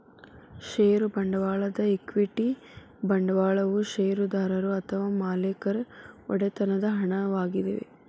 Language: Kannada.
ಷೇರು ಬಂಡವಾಳದ ಈಕ್ವಿಟಿ ಬಂಡವಾಳವು ಷೇರುದಾರರು ಅಥವಾ ಮಾಲೇಕರ ಒಡೆತನದ ಹಣವಾಗಿದೆ